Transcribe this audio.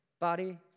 body